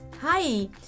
Hi